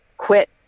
quit